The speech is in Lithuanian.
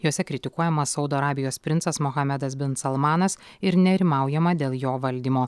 jose kritikuojamas saudo arabijos princas muhamedas bin salmanas ir nerimaujama dėl jo valdymo